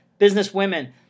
businesswomen